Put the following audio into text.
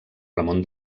ramon